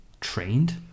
trained